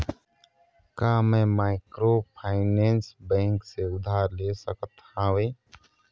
का मैं microfinance bank से उधार ले सकत हावे?